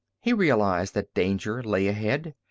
he realized that danger lay ahead.